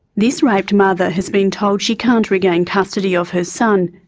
this raped mother has been told she can't regain custody of her son.